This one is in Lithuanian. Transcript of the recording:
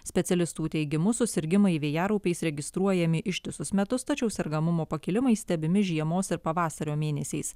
specialistų teigimu susirgimai vėjaraupiais registruojami ištisus metus tačiau sergamumo pakilimai stebimi žiemos ir pavasario mėnesiais